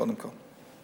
קודם כול.